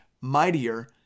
mightier